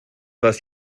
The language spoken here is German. was